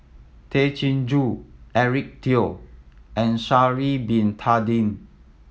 Tay Chin Joo Eric Teo and Sha'ari Bin Tadin